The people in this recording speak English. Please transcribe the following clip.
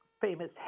famous